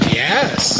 yes